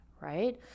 right